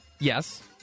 Yes